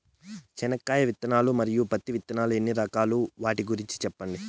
చెనక్కాయ విత్తనాలు, మరియు పత్తి విత్తనాలు ఎన్ని రకాలు వాటి గురించి సెప్పండి?